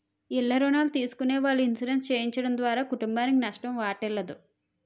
ఇల్ల రుణాలు తీసుకునే వాళ్ళు ఇన్సూరెన్స్ చేయడం ద్వారా కుటుంబానికి నష్టం వాటిల్లదు